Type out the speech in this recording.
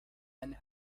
and